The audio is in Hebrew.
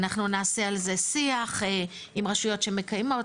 אנחנו נעשה על זה שיח עם רשויות שמקיימות,